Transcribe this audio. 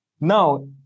Now